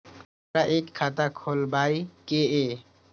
हमरा एक खाता खोलाबई के ये?